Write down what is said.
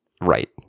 right